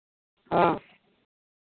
ᱦᱮᱸ